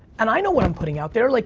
and i know what i'm putting out there. like